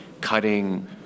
cutting